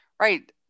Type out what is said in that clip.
Right